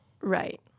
right